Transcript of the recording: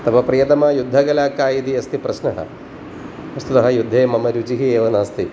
तव प्रियतमा युद्धकला का इति अस्ति प्रश्नः वस्तुतः युद्धे मम रुचिः एव नास्ति